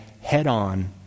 head-on